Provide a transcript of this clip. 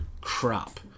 crap